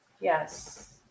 Yes